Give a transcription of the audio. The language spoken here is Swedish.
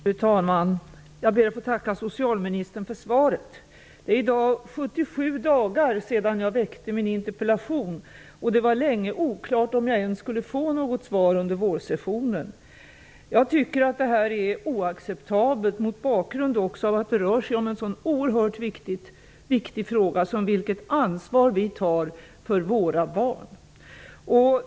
Fru talman! Jag ber att få tacka socialministern för svaret. Det är i dag 77 dagar sedan jag väckte min interpellation. Det var länge oklart om jag ens skulle få något svar under vårsessionen. Jag tycker att det är oacceptabelt, mot bakgrund av att det rör sig om en så oerhört viktig fråga som vilket ansvar vi tar för våra barn.